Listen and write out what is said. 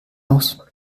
aus